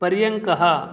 पर्यङ्कः